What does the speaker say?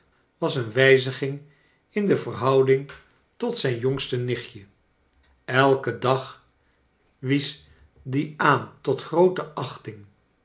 was een wijziging in de verhouding tot zijn jongste nichtje elken dag wies die aan tot grootere achting